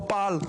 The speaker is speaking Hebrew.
לא פעל.